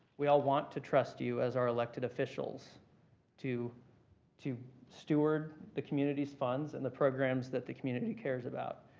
we all want to trust you as our elected officials to to steward the community's funds and the programs that the community cares about.